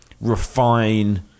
refine